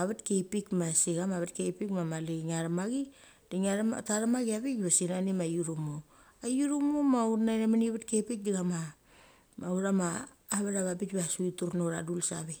a vetki apik ma se chama a vetki abik ma mali nge thek machi. de ngia thek ma tha thek machi avik va se nani ma ut utmo. I ut utmo ma ut na the meni vetki apik de chama, ma autha ma avet a veng a bikva sik uthi drut na autha dul save.